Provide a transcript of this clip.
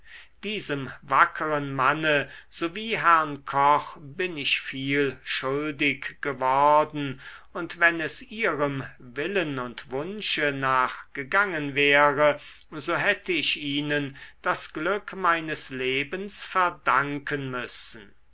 diesem wackeren manne sowie herrn koch bin ich viel schuldig geworden und wenn es ihrem willen und wunsche nach gegangen wäre so hätte ich ihnen das glück meines lebens verdanken müssen